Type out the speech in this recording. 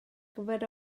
gyfer